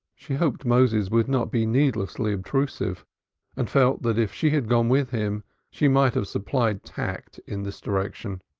she hoped moses would not be needlessly obtrusive and felt that if she had gone with him she might have supplied tact in this direction.